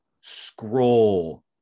scroll